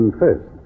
first